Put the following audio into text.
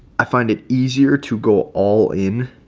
i find it easier to go all in